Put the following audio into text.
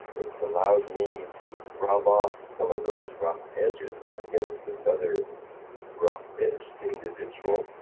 it's allowed me to rub off some of those rough edges against this other rough edged individual.